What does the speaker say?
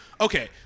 Okay